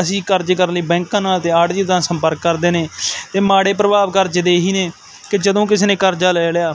ਅਸੀਂ ਕਰਜੇ ਕਰਨ ਲਈ ਬੈਂਕਾਂ ਨਾਲ ਅਤੇ ਆੜਤੀਏ ਨਾਲ ਸੰਪਰਕ ਕਰਦੇ ਨੇ ਅਤੇ ਮਾੜੇ ਪ੍ਰਭਾਵ ਕਰਜ਼ੇ ਦੇ ਇਹ ਹੀ ਨੇ ਕਿ ਜਦੋਂ ਕਿਸੇ ਨੇ ਕਰਜ਼ਾ ਲੈ ਲਿਆ